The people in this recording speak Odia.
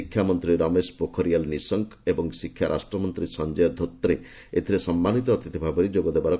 ଶିକ୍ଷାମନ୍ତ୍ରୀ ରମେଶ ପୋଖରିଆଲ୍ ନିଶଙ୍କ ଏବଂ ଶିକ୍ଷା ରାଷ୍ଟ୍ରମନ୍ତ୍ରୀ ସଞ୍ଜୟ ଧୋତ୍ରେ ଏଥିରେ ସମ୍ମାନିତ ଅତିଥି ଭାବେ ଯୋଗ ଦେବେ